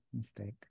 mistake